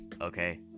Okay